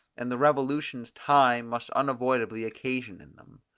and the revolutions time must unavoidably occasion in them.